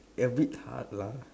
a bit hard lah